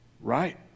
right